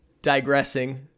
digressing